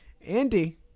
Andy